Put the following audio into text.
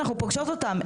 אנחנו פוגשות אותן,